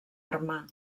arma